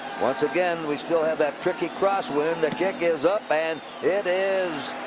once again, we still have that tricky crosswind. the kick is up. and it is.